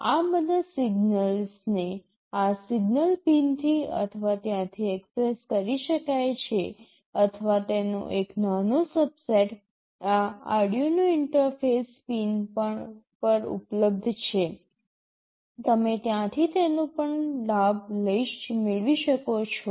આ બધા સિગ્નલસને આ સિગ્નલ પિનથી અથવા ત્યાંથી એક્સેસ કરી શકાય છે અથવા તેનો એક નાનો સબસેટ આ Arduino ઇન્ટરફેસ પિન પર ઉપલબ્ધ છે તમે ત્યાંથી તેનો લાભ પણ મેળવી શકો છો